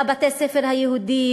כמה לבתי-הספר היהודיים,